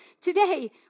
today